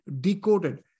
decoded